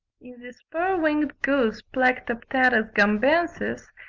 in the spur-winged goose, plectropterus gambensis,